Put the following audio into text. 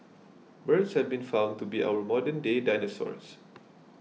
birds have been found to be our modernday dinosaurs